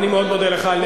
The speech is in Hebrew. אני מאוד מודה לך.